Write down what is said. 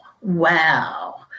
wow